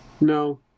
No